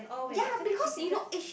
ya because you know eh she